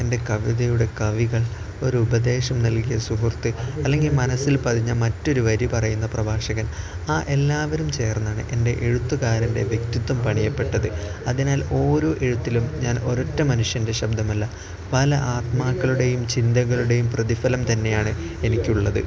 എൻ്റെ കവിതയുടെ കവികൾ ഒരു ഉപദേശം നൽകിയ സുഹൃത്ത് അല്ലെങ്കിൽ മനസ്സിൽ പതിഞ്ഞ മറ്റൊരു വരി പറയുന്ന പ്രഭാശകൻ ആ എല്ലാവരും ചേർന്നാണ് എൻ്റെ എഴുത്തുകാരൻ്റെ വ്യക്തിത്വം പണിയപ്പെട്ടത് അതിനാൽ ഓരോ എഴുത്തിലും ഞാൻ ഒരൊറ്റ മനുഷ്യൻ്റെ ശബ്ദമല്ല പല ആത്മാകളുടെയും ചിന്തകളുടെയും പ്രതിഫലം തന്നെയാണ് എനിക്കുള്ളത്